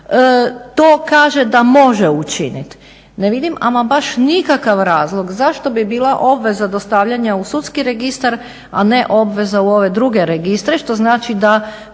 to kaže da može učiniti. Ne vidim ama baš nikakav razlog zašto bi bila obveza dostavljanja u sudski registar, a ne obveza u ove druge registre što znači da